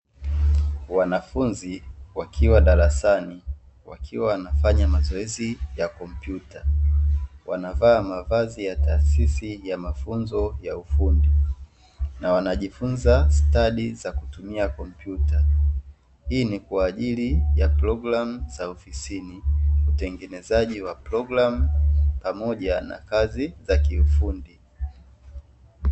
Wanafunzi wakiwa darasani wakiwa wanafanya mazoezi ya kompyuta. Wanavaa mavazi ya taasisi ya mafunzo ya ufundi na wanajifunza stadi za kutumia kompyuta. Hii ni kwa ajili ya programu za ofisini, utengenezaji wa programu pamoja na kazi za kiufundi.